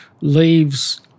leaves